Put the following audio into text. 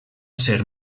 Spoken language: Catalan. ser